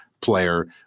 player